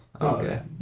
Okay